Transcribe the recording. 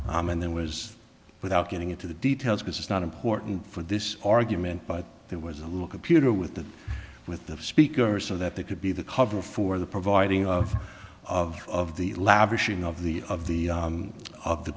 on and then was without getting into the details because it's not important for this argument but there was a little computer with the with the speaker so that they could be the cover for the providing of of the elaborate of the of the of the